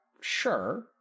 sure